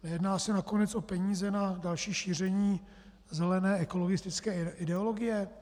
Nejedná se nakonec o peníze na další šíření zelené ekologistické ideologie?